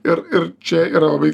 ir ir čia yra labai